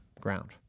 ground